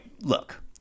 look